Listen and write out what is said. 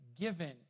given